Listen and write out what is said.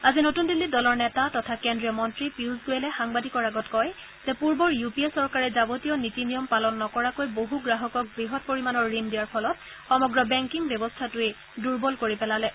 আজি নতুন দিল্লীত দলৰ নেতা তথা কেন্দ্ৰীয় মন্ত্ৰী পীয়ুষ গোৱেলে সাংবাদিকৰ আগত কয় যে পূৰ্বৰ ইউ পি এ চৰকাৰে যাৱতীয় নীতি নিয়ম পালন নকৰাকৈ বহু গ্ৰাহকক বৃহৎ পৰিমাণৰ ঋণ দিয়াৰ ফলত সমগ্ৰ বেংকিং ব্যৱস্থাটোকেই দুৰ্বল কৰি পেলালে